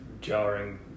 jarring